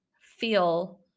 feel